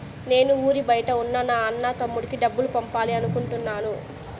నేను ఊరి బయట ఉన్న నా అన్న, తమ్ముడికి డబ్బులు పంపాలి అనుకుంటున్నాను